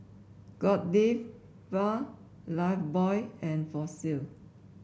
Godiva Lifebuoy and Fossil